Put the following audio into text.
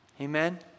Amen